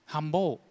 Humble